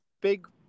big